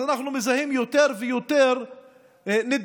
אז אנחנו מזהים יותר ויותר נדבקים,